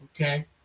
Okay